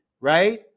right